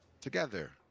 together